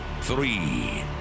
three